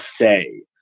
say